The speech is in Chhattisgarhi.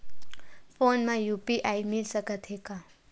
फोन मा यू.पी.आई मिल सकत हे का?